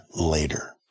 later